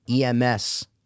EMS